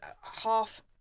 half